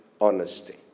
honesty